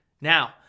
now